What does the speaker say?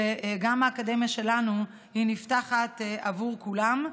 שגם האקדמיה שלנו נפתחת עבור כולם.